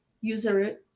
user